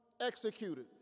executed